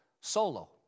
solo